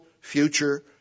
future